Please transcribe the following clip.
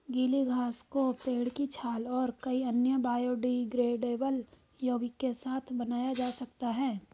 गीली घास को पेड़ की छाल और कई अन्य बायोडिग्रेडेबल यौगिक के साथ बनाया जा सकता है